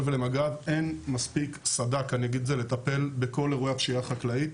ולמג"ב אין מספיק סדר כוחות לטפל בכל אירועי הפשיעה החקלאית.